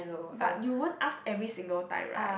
but you won't ask every single time right